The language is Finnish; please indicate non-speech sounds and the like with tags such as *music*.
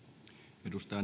arvoisa *unintelligible*